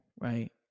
right